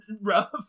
rough